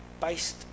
based